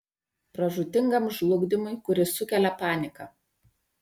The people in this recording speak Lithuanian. pražūtingam žlugdymui kuris sukelia panika